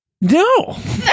No